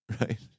Right